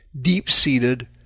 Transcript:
deep-seated